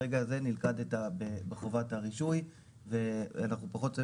ברגע הזה נלכדת בחובת הרישוי ואנחנו פחות,